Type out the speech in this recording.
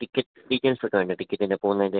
ticket ഡീറ്റെയ്ൽസൊക്കെ വേണ്ടേ ടിക്കറ്റിൻ്റെ പോകുന്നതിന്റെ